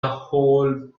whole